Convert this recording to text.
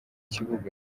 kibuga